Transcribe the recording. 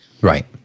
Right